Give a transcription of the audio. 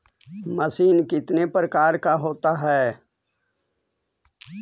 Machine कितने प्रकार का होता है?